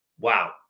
wow